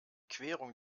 querung